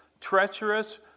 treacherous